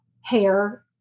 hair